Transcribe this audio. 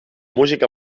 músic